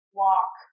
walk